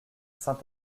saint